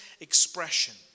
expression